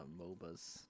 MOBAs